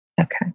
Okay